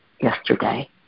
yesterday